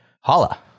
Holla